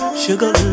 sugar